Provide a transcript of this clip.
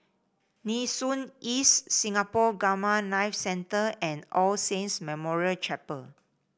Nee Soon East Singapore Gamma Knife Centre and All Saints Memorial Chapel